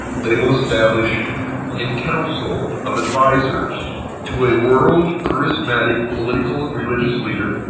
they will establish a council of advisors to a world, charismatic, political and religious leader